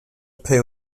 pay